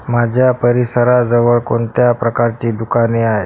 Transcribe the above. माझ्या परिसराजवळ कोणत्या प्रकारची दुकाने आहेत